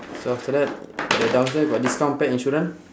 so after that the downstairs got discount pet insurance